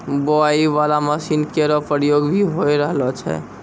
बोआई बाला मसीन केरो प्रयोग भी होय रहलो छै